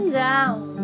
down